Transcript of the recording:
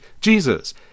Jesus